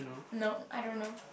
no I don't know